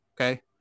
okay